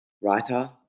writer